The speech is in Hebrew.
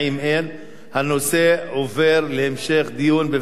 הנושא עובר להמשך דיון בוועדת הכלכלה.